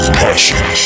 passion